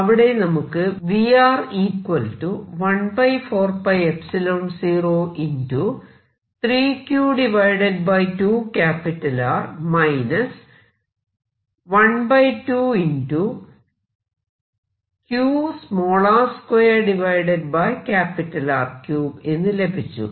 അവിടെ നമുക്ക് എന്ന് ലഭിച്ചു